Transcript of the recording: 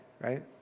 right